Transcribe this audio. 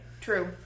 True